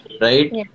right